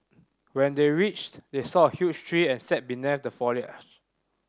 when they reached they saw a huge tree and sat beneath the foliage